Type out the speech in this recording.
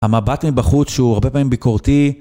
המבט מבחוץ שהוא הרבה פעמים ביקורתי.